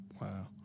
wow